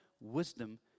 wisdom